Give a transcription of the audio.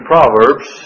Proverbs